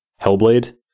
hellblade